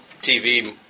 TV